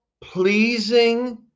pleasing